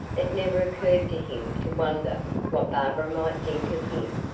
it never occurred to him to wonder what barbara might think of him.